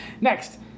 next